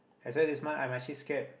that's why this month I'm actually scared